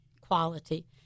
quality